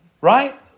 right